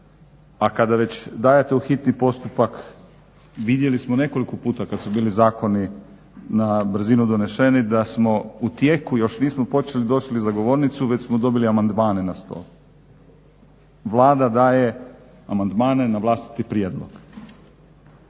a kada već dajete u hitni postupak vidjeli smo nekoliko puta kad su bili zakoni na brzinu doneseni da smo u tijeku još nismo počeli došli za govornicu već smo dobili amandmane na stol. Vlada daje amandmane na vlastiti prijedlog.